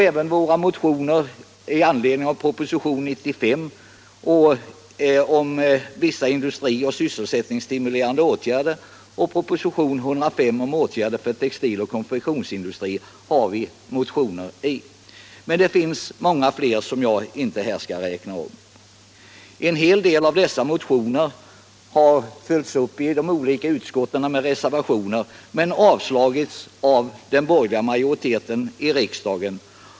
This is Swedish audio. Även med anledning av propositionen 95 om vissa industrioch sysselsättningsstimulerande åtgärder och propositionen 105 om åtgärder för textiloch konfektionsindustrin har vi motioner. Men det finns många fler som jag inte skall räkna upp. En hel del av dessa motioner har följts upp i de olika utskotten med reservationer, som sedan avslagits av den borgerliga majoriteten i riksdagen.